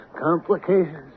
complications